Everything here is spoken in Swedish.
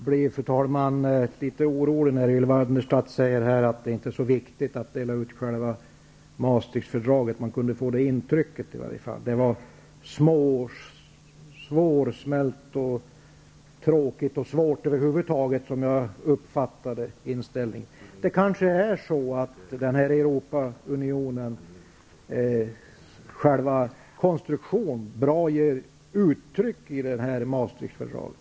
Fru talman! Jag blir litet orolig när Ylva Annerstedt säger att det inte är så viktigt att dela ut Maastrichtfördraget. Man kunde få det intrycket. Det var, som jag uppfattade hennes inställning, hårdsmält, tråkigt och över huvud taget svårt. Kanske är det så att Europaunionens konstruktion kommer väl till uttryck i Maastricht-fördraget.